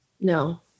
No